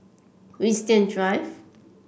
Winstedt Drive